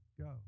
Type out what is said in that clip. go